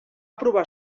provar